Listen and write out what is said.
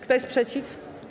Kto jest przeciw?